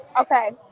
Okay